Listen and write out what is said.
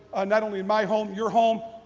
not only my home, your home.